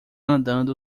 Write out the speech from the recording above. andando